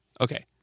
Okay